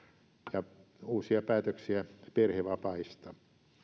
ja uusia päätöksiä perhevapaista